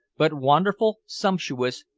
but wonderful, sumptuous,